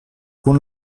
kun